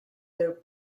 their